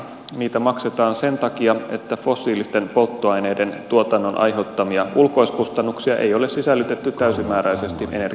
niitä maksetaan sen takia että fossiilisten polttoaineiden tuotannon aiheuttamia ulkoiskustannuksia ei ole sisällytetty täysimääräisesti energian hintoihin